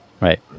Right